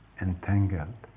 entangled